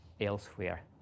elsewhere